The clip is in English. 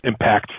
impactful